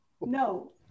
No